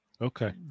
Okay